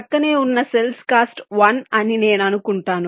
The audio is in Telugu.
ప్రక్కనే ఉన్న సెల్స్ కాస్ట్ 1 అని నేను అనుకుంటున్నాను